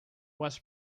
was